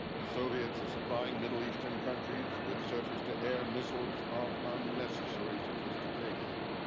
the soviets are supplying middle eastern countries with surface to air missiles of unnecessary sophistication.